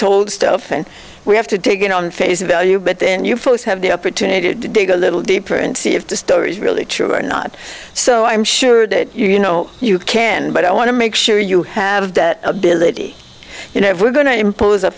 told stuff and we have to take it on face value but then you folks have the opportunity to dig a little deeper and see if the story is really true or not so i'm sure that you know you can but i want to make sure you have that ability you never going to impose a